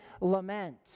lament